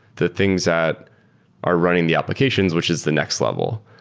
the things that are running the applications, which is the next level.